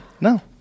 No